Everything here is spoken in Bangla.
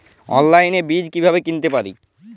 অনলাইনে বীজ কীভাবে কিনতে পারি?